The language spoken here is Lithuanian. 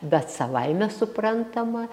bet savaime suprantama